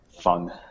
Fun